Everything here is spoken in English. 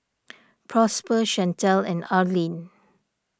Prosper Shantell and Arlyne